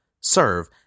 serve